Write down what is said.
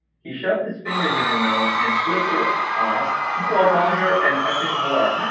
he shoved his fingers in her mouth and flipped her off while calling her an effing whore.